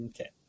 Okay